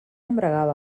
embragava